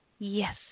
Yes